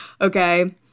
okay